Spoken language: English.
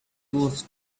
was